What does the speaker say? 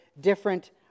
different